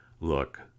look